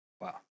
Wow